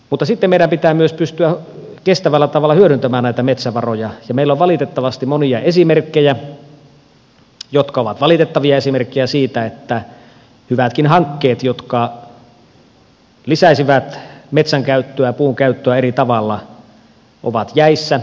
mutta sitten meidän pitää myös pystyä kestävällä tavalla hyödyntämään näitä metsävaroja ja meillä on valitettavasti monia esimerkkejä jotka ovat valitettavia esimerkkejä siitä että hyvätkin hankkeet jotka lisäisivät metsän käyttöä puun käyttöä eri tavalla ovat jäissä eri syistä